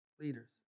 leaders